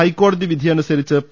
ഹൈക്കോടതി വിധി അനു സരിച്ച് പി